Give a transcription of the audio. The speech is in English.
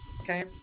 Okay